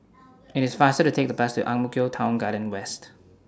IT IS faster to Take The Bus to Ang Mo Kio Town Garden West